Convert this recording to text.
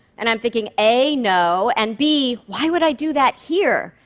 and i'm thinking, a no, and b why would i do that here?